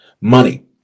money